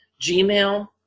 gmail